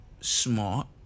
smart